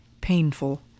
painful